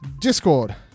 discord